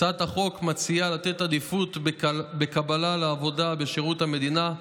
הצעת החוק מציעה לתת עדיפות בקבלה לעבודה בשירות המדינה,